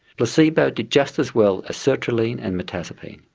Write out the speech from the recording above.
placebo did just as well as sertraline and mirtazapine.